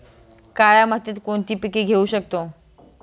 काळ्या मातीत कोणती पिके घेऊ शकतो?